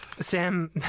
Sam